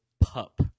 Pup